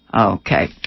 Okay